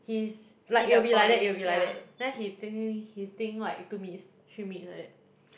he's like it will be like it will be like that then he think he think like two minutes three minutes like that